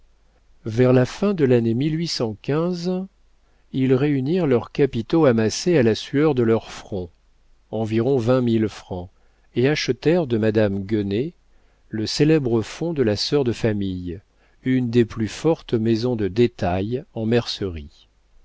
vers la fin de l'année ils réunirent leurs capitaux amassés à la sueur de leurs fronts environ vingt mille francs et achetèrent de madame guénée le célèbre fonds de la sœur de famille une des plus fortes maisons de détail en mercerie